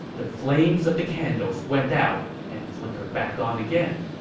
the flames of the candles went out and flickered back on again.